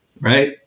right